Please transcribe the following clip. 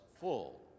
full